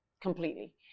completely